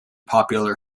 popular